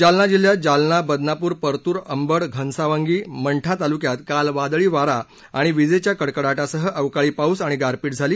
जालना जिल्ह्यात जालना बदनापूर परतूर अंबड घनसावंगी मंठा तालुक्यात काल वादळी वारा आणि विजेच्या कडकडाटासह अवकाळी पाऊस आणि गारपीट झाली